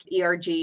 ERG